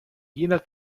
jener